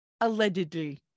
allegedly